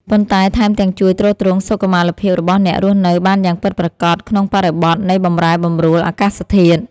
ប៉ុន្តែថែមទាំងជួយទ្រទ្រង់សុខុមាលភាពរបស់អ្នករស់នៅបានយ៉ាងពិតប្រាកដក្នុងបរិបទនៃបម្រែបម្រួលអាកាសធាតុ។